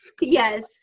yes